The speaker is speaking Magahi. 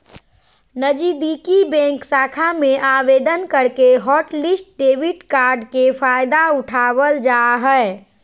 नजीदीकि बैंक शाखा में आवेदन करके हॉटलिस्ट डेबिट कार्ड के फायदा उठाबल जा हय